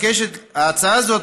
ההצעה הזאת